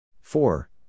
Four